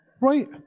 Right